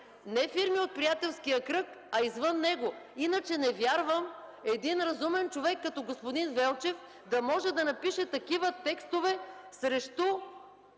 Не фирми от приятелския кръг, а извън него. Иначе не вярвам един разумен човек, като господин Велчев, да може да напише такива текстове срещу